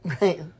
Right